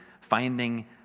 finding